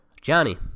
Johnny